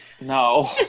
No